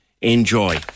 enjoy